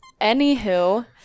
Anywho